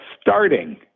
starting